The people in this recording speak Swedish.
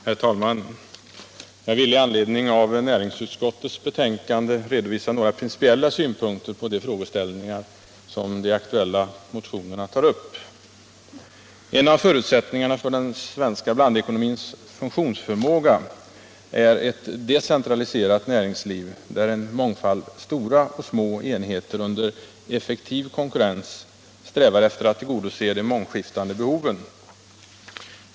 Herr talman! Jag vill i anledning av näringsutskottets betänkande redovisa några principiella synpunkter på de frågeställningar som tas upp i de aktuella motionerna. En av förutsättningarna för den svenska blandekonomins funktionsförmåga är ett decentraliserat näringsliv, där en mångfald stora och små enheter under effektiv konkurrens strävar efter att tillgodose de mångskiftande behoven.